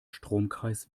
stromkreis